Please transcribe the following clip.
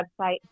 website